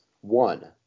One